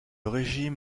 régime